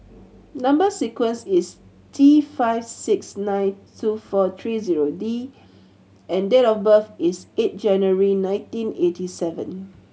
number sequence is T five six nine two four tree zero D and date of birth is eight January nineteen eighty seven